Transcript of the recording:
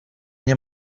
nie